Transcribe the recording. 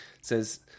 says